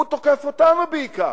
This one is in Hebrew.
הוא תוקף אותנו בעיקר.